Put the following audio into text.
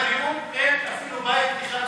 אין אפילו בית אחד שמחובר.